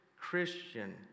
Christian